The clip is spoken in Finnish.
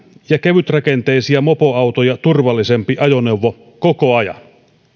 ja kevytrakenteisia mopoautoja turvallisempi ajoneuvo koko ajan